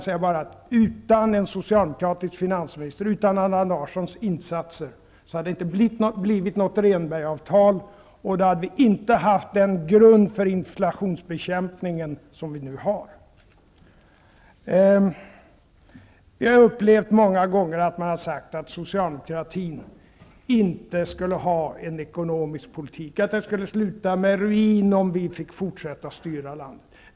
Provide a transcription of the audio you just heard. Utan Allan Larssons insatser hade det inte blivit något Rehnbergavtal, och då hade det inte funnits den grund för inflationsbekämpningen som nu finns. Jag har många gånger upplevt att det har sagts att socialdemokratin inte skulle ha någon ekonomisk politik och att det skulle sluta med ruin om vi hade fått fortsätta att styra landet.